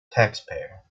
taxpayer